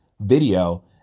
video